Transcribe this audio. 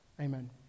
Amen